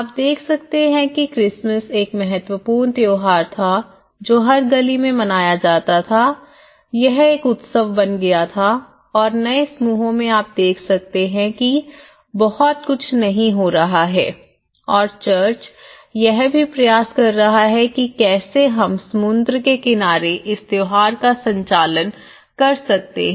आप देख सकते हैं कि क्रिसमस एक महत्वपूर्ण त्यौहार था जो हर गली में मनाया जाता था यह एक उत्सव बन गया था और नए समूहों में आप देख सकते हैं कि बहुत कुछ नहीं हो रहा है और चर्च यह भी प्रयास कर रहा है कि कैसे हम समुद्र के किनारे इस त्यौहार का संचालन कर सकते हैं